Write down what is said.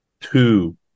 two